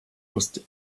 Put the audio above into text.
lustig